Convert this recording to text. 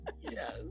Yes